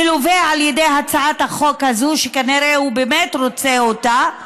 מלווה בהצעת החוק הזו, שכנראה הוא באמת רוצה אותה.